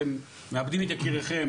אתם מאבדים את יקיריכם,